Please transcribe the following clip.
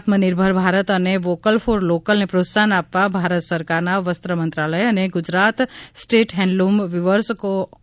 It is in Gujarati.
આત્મનિર્ભર ભારત અને વોકલ ફોર લોકલ ને પ્રોત્સાહન આપવા ભારત સરકારના વસ્ત્ર મંત્રાલય અને ગુજરાત સ્ટેટ હેન્ડલૂમ વિવર્સ કો